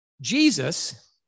Jesus